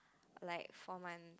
like four months